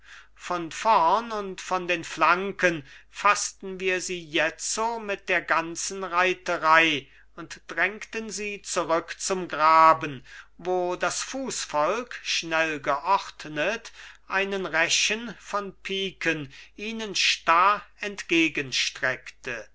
von vorn und von den flanken faßten wir sie jetzo mit der ganzen reiterei und drängten sie zurück zum graben wo das fußvolk schnell geordnet einen rechen von piken ihnen starr entgegenstreckte